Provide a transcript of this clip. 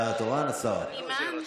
למדנו מהטובים.